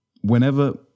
whenever